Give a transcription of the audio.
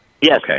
Yes